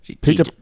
Peter